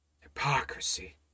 Hypocrisy